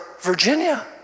Virginia